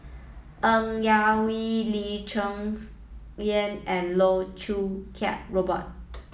Ng Yak Whee Lee Cheng Yan and Loh Choo Kiat Robert